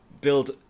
build